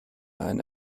eine